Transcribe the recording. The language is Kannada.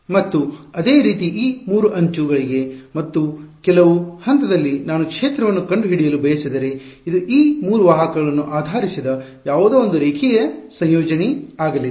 ಮತ್ತು ಅದೇ ರೀತಿ ಈ 3 ಅಂಚು ಗಳಿಗೆ ಮತ್ತು ಕೆಲವು ಹಂತದಲ್ಲಿ ನಾನು ಕ್ಷೇತ್ರವನ್ನು ಕಂಡುಹಿಡಿಯಲು ಬಯಸಿದರೆ ಇದು ಈ 3 ವಾಹಕಗಳನ್ನು ಆಧರಿಸಿದ ಯಾವುದೋ ಒಂದು ರೇಖೀಯ ಸಂಯೋಜನೆ ಯಾಗಲಿದೆ